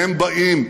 כשהם באים,